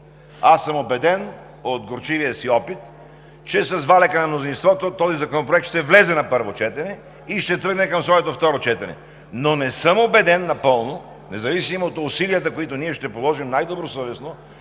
Аз съм убеден от горчивия си опит, че с валяка на мнозинството този законопроект ще влезе на първо четене и ще тръгне към своето второ четене, но не съм убеден напълно, независимо от усилията, които ние ще положим най-добросъвестно,